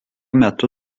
metu